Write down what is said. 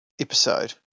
episode